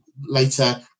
later